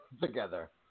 together